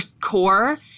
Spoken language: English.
core